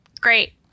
Great